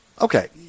Okay